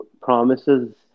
promises